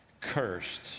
cursed